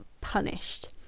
punished